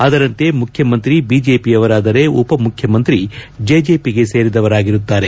ಅದರಂತೆ ಮುಖ್ಯಮಂತ್ರಿ ಬಿಜೆಪಿಯವರಾದರೆ ಉಪ ಮುಖ್ಯಮಂತ್ರಿ ಜೆಜೆಪಿಗೆ ಸೇರಿದವರಾಗಿರುತ್ತಾರೆ